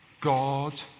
God